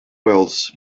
wells